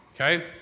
Okay